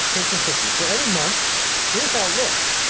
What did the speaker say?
cakes and cookies. so, every month here's how it looks.